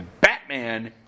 Batman